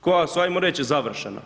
Koja su, hajmo reći završena.